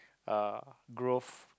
uh growth